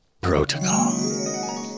Protocol